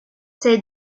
цей